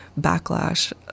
backlash